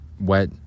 wet